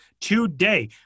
today